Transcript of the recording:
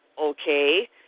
okay